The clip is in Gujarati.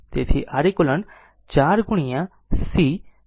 તેથી Req 4 સે 0